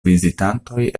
vizitantoj